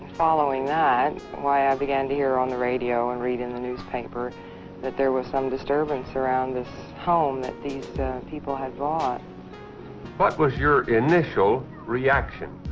following that why i began to hear on the radio and read in the newspaper that there was some disturbance around this home that these people had bought what was your initial reaction?